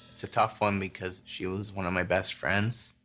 it's a tough one because she was one of my best friends.